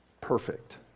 perfect